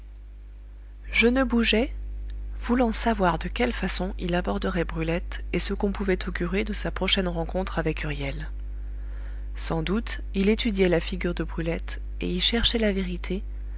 je ne bougeai voulant savoir de quelle façon il aborderait brulette et ce qu'on pouvait augurer de sa prochaine rencontre avec huriel sans doute il étudiait la figure de brulette et y cherchait la vérité